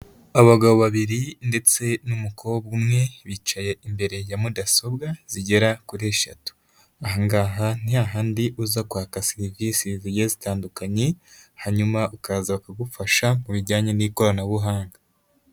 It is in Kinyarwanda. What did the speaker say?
Abagabo babiri ndetse n'umukobwa umwe, bicaye imbere ya mudasobwa zigera kuri eshatu, aha ngaha ni hahandi uza kwaka serivisi zigiye zitandukanye, hanyuma ukaza kugufasha mu bijyanye n'ikoranabuhanga.